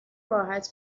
راحت